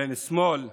בין שמאל לימין.